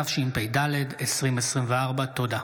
התשפ"ד 2024. תודה.